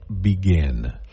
begin